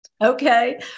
Okay